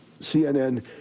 CNN